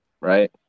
Right